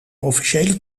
officiële